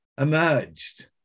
emerged